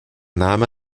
name